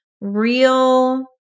real